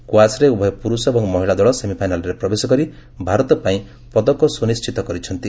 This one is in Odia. କ୍ୱାସ୍ରେ ଉଭୟ ପୁରୁଷ ଏବଂ ମହିଳା ଦଳ ସେମିଫାଇନାଲରେ ପ୍ରବେଶ କରି ଭାରତ ପାଇଁ ପଦକ ସୁନିଣ୍ଢିତ କରିଛନ୍ତି